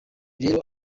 rero